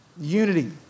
Unity